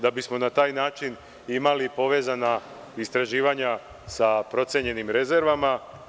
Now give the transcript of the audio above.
Da bismo na taj način imali povezana istraživanja sa procenjenim rezervama.